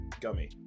gummy